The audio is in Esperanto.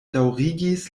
daŭrigis